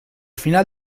final